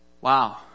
Wow